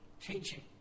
teaching